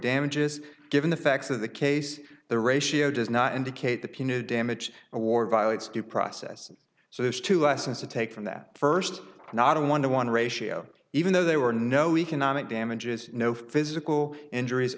damages given the facts of the case the ratio does not indicate the punitive damage award violates due process so there's two lessons to take from that first not a one to one ratio even though they were no economic damages no physical injuries